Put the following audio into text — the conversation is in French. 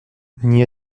n’y